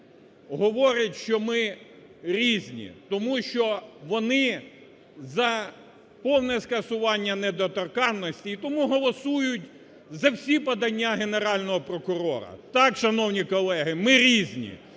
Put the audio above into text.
говорить, що ми різні, тому що вони за повне скасування недоторканності і тому голосують за всі подання Генерального прокурора. Так, шановні колеги, ми різні.